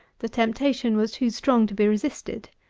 the temptation was too strong to be resisted.